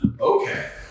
Okay